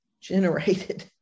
generated